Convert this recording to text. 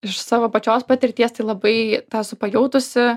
iš savo pačios patirties tai labai tą esu pajautusi